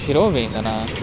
शिरोवेन्दन